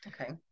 Okay